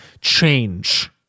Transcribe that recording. change